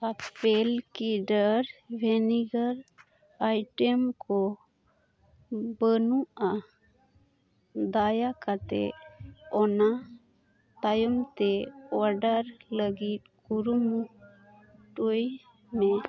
apple ᱠᱤᱰᱟᱨ ᱵᱷᱮᱱᱤᱜᱟᱨ ᱟᱭᱴᱮᱢᱠᱚ ᱵᱟᱹᱱᱩᱜᱼᱟ ᱫᱟᱭᱟ ᱠᱟᱛᱮᱫ ᱚᱱᱟ ᱛᱟᱭᱚᱢᱛᱮ ᱚᱰᱟᱨ ᱞᱟᱹᱜᱤᱫ ᱠᱩᱨᱩᱢᱩᱴᱩᱭ ᱢᱮ